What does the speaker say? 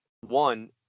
one